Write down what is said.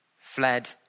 fled